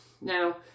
now